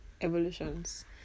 evolutions